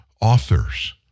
authors